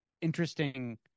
interesting